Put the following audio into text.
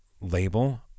label